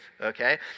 Okay